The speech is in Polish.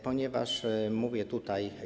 Ponieważ mówię tutaj.